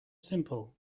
simple